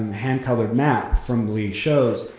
hand-colored map from lee shows,